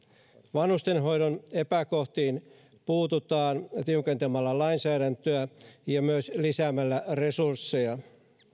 vanhustenhoidon epäkohtiin puututaan tiukentamalla lainsäädäntöä ja lisäämällä resursseja